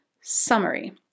summary